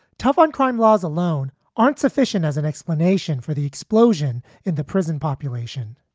tough on crime laws alone aren't sufficient as an explanation for the explosion in the prison population.